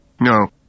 No